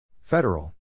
Federal